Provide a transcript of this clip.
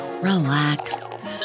relax